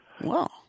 Wow